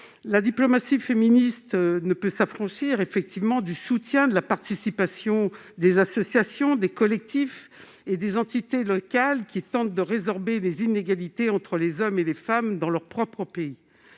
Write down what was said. La diplomatie féministe ne peut s'affranchir de la participation des associations, des collectifs et des entités locales qui tentent de résorber les inégalités entre les hommes et les femmes dans leur propre pays.